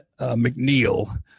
McNeil